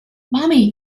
mommy